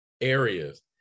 areas